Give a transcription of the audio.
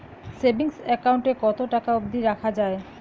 Savings account এ কতো টাকা অব্দি রাখা যায়?